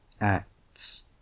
Acts